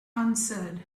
answered